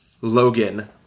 Logan